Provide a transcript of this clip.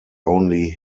only